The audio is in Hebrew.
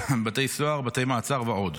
בתי סוהר ובתי מעצר ועוד.